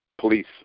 Police